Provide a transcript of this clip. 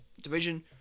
Division